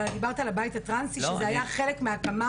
אבל אני דיברתי על הבית הטרנסי שזה היה חלק מההתאמה,